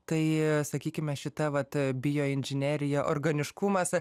tai sakykime šita vat bioinžinerija organiškumas